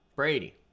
brady